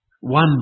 one